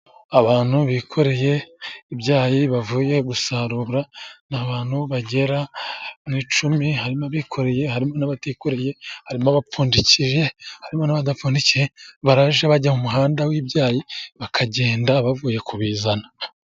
Abantu bikoreye ibyayi bavuye gusarura; abantu bagera mu icumi harimo abikoreye harimo n'abatikoreye, harimo abapfundikiye n'abadapfundikiye, baraje bajya mu muhanda w'ibyayi bakagenda bavuye kubizana.